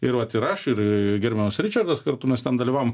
ir vat ir aš ir gerbiamas ričardas kartu mes ten dalyvavom